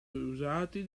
usati